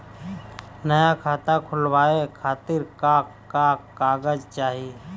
नया खाता खुलवाए खातिर का का कागज चाहीं?